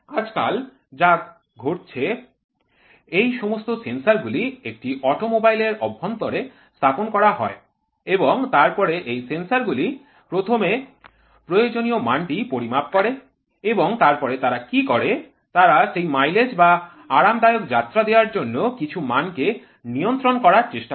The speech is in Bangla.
আজকাল যা ঘটছে এই সমস্ত সেন্সরগুলি একটি অটোমোবাইল এর অভ্যন্তরে স্থাপন করা হয় এবং তারপরে এই সেন্সরগুলি প্রথমে প্রয়োজনীয় মানটি পরিমাপ করে এবং তারপরে তারা কী করে তারা সেই মাইলেজ বা আরামদায়ক যাত্রা দেওয়ার জন্য কিছু মানকে নিয়ন্ত্রণ করার চেষ্টা করে